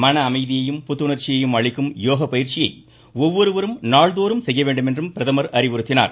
மன அமைதியையும் புத்துணர்ச்சியையும் அளிக்கும் யோகப் பயிற்சியை ஒவ்வொருவரும் நாள்தோறும் செய்ய வேண்டும் என்று பிரதமர் அறிவுறுத்தினார்